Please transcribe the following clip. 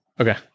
Okay